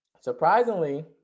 Surprisingly